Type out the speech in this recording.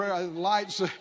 Lights